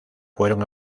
fueron